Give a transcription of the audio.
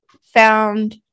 found